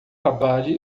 trabalhe